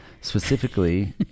specifically